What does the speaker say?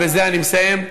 ובזה אני מסיים: